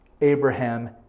Abraham